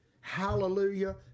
Hallelujah